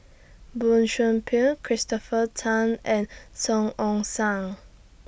Boey Chuan Poh Christopher Tan and Song Ong Siang